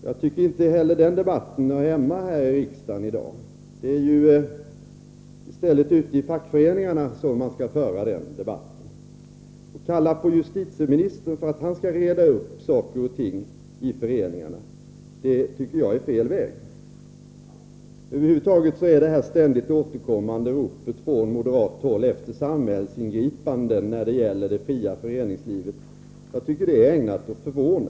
Jag tycker inte heller att den debatten hör hemma här i riksdagen i dag. Det är ju ute i fackföreningarna som man skall föra den debatten. Att kalla på justitieministern för att han skall reda ut saker och ting i föreningarna tycker jag är fel väg. Över huvud taget är det här ständigt återkommande ropet från moderat sida efter samhällsingripanden när det gäller det fria föreningslivet ägnat att förvåna.